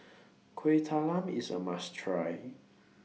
Kueh Talam IS A must Try